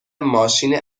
ماشین